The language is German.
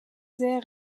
sehr